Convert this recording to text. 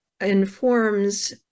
informs